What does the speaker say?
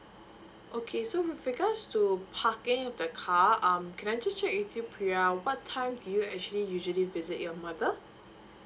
okay so with regards to parking of the car um can I just check with you pria what time do you actually usually visit your mother